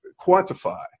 quantify